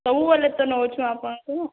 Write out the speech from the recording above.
ସବୁବେଲେ ତ ନେଉଛୁ ଆପଣଙ୍କଠୁ